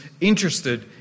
interested